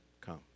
come